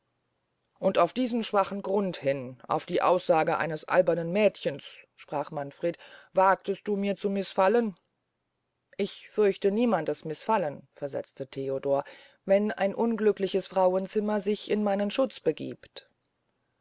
und auf diesen schwachen grund hin auf die aussage eines albernen mädchens sprach manfred wagtest du mir zu mißfallen ich fürchte niemandes mißfallen versetzte theodor wenn ein unglückliches frauenzimmer sich meinen schutz begiebt